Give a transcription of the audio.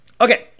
okay